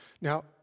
Now